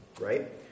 right